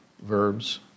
verbs